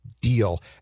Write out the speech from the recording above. deal